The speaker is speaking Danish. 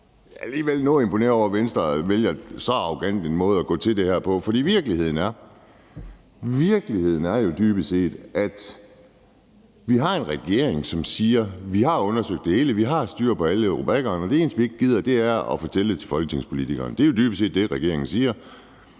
alligevel noget imponeret over, at Venstre vælger så arrogant en måde at gå til det her på, for virkeligheden er jo dybest set, at vi har en regering, som siger: Vi har undersøgt det hele, vi har styr på alle rubrikkerne – det eneste, vi ikke gider, er at fortælle det til folketingspolitikerne. Det er jo dybest det, regeringen siger.